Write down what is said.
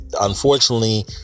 unfortunately